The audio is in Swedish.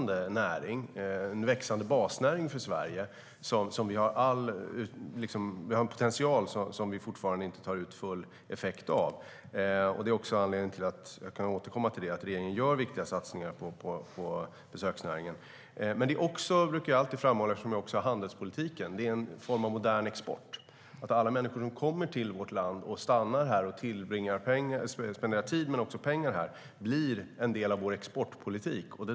Det är en växande basnäring för Sverige där vi har en potential som vi fortfarande inte tar ut full effekt av. Det är också anledningen till att regeringen gör viktiga satsningar på besöksnäringen. Jag kan återkomma till det. Eftersom jag också har ansvar för handelspolitiken brukar jag framhålla att det är en form av modern export. Alla människor som kommer till vårt land, stannar här och spenderar tid men också pengar här blir en del av vår exportpolitik.